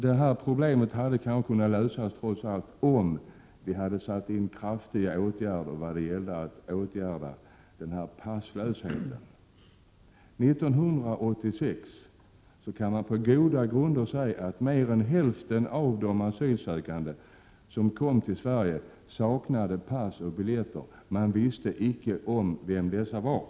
Dessa problem hade kanske kunnat lösas, om vi hade satt in kraftigare åtgärder för att komma till rätta med passlösheten. Man kan på goda grunder säga att mer än hälften av de asylsökande som kom till Sverige 1986 saknade pass och biljett. Man visste icke vilka de var.